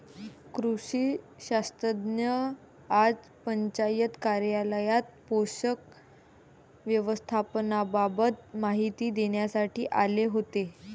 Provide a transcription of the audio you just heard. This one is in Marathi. कृषी शास्त्रज्ञ आज पंचायत कार्यालयात पोषक व्यवस्थापनाबाबत माहिती देण्यासाठी आले होते